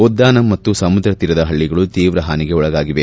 ಉದ್ದಾನಂ ಹಾಗೂ ಸಮುದ್ರ ತೀರದ ಹಳ್ಳಗಳು ತೀವ್ರ ಹಾನಿಗೆ ಒಳಗಾಗಿವೆ